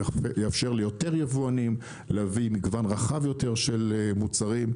יאפשר ליותר יבואנים להביא מגוון רחב יותר של מוצרים,